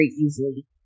easily